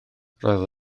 roedd